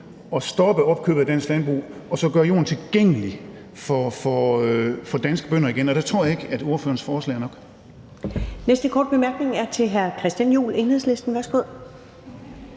at stoppe opkøbet af dansk landbrug på og så gøre jorden tilgængelig for danske bønder igen, og der tror jeg ikke ordførerens forslag er nok.